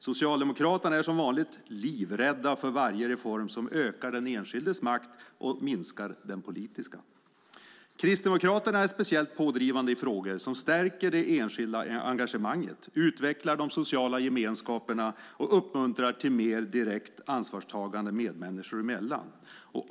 Socialdemokraterna är som vanligt livrädda för varje reform som ökar den enskildes makt och minskar den politiska makten. Kristdemokraterna är speciellt pådrivande i frågor som stärker det enskilda engagemanget, utvecklar de sociala gemenskaperna och uppmuntrar till mer direkt ansvarstagande medmänniskor emellan.